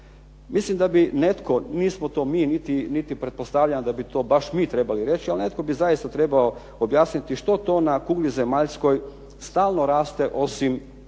Mislim da bi netko, nismo to mi niti pretpostavljam da bi to baš mi trebali reći. Ali netko bi zaista trebao objasniti što to na kugli zemaljskoj stalno raste osim